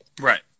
Right